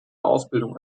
ausbildung